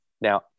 Now